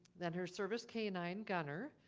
then her service k nine gunner.